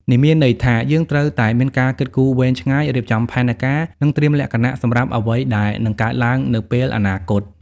នេះមានន័យថា យើងត្រូវតែមានការគិតគូរវែងឆ្ងាយ រៀបចំផែនការ និងត្រៀមលក្ខណសម្រាប់អ្វីដែលនឹងកើតឡើងនៅពេលអនាគត។